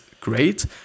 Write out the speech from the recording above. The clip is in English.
great